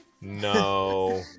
No